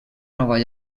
nova